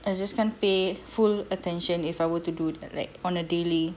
I just can't pay full attention if I were to do that like on a daily